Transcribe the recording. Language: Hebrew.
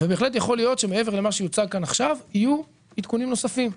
ובהחלט יכול להיות שמעבר למה שיוצג כאן עכשיו יהיו עדכונים נוספים.